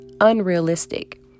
unrealistic